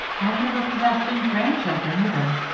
i've never possessed any grandchildren either.